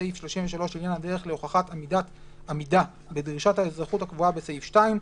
סעיף 33 לעניין הדרך להוכחת עמידה בדרישת האזרחות הקבועה בסעיף 2,